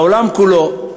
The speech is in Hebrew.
בעולם כולו,